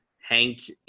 Hank